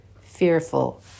fearful